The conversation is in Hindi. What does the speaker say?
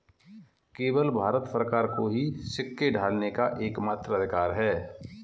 केवल भारत सरकार को ही सिक्के ढालने का एकमात्र अधिकार है